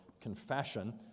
confession